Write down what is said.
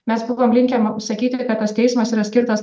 mes buvom linkę sakyti kad tas teismas yra skirtas